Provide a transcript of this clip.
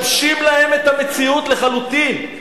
משבשים להם את המציאות לחלוטין.